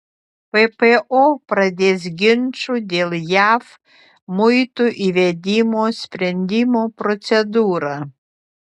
ppo pradės ginčų dėl jav muitų įvedimo sprendimo procedūrą